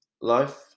life